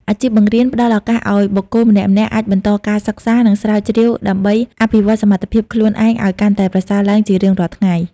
អាជីពបង្រៀនផ្តល់ឱកាសឱ្យបុគ្គលម្នាក់ៗអាចបន្តការសិក្សា និងស្រាវជ្រាវដើម្បីអភិវឌ្ឍសមត្ថភាពខ្លួនឯងឱ្យកាន់តែប្រសើរឡើងជារៀងរាល់ថ្ងៃ។